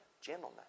gentleness